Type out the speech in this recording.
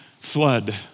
flood